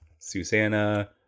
Susanna